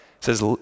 says